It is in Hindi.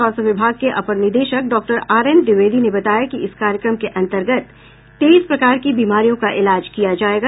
स्वास्थ्य विभाग के अपर निदेशक डॉक्टर आरएन द्विवेदी ने बताया कि इस कार्यक्रम के अन्तर्गत तेईस प्रकार की बीमारियों का इलाज किया जायेगा